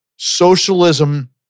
Socialism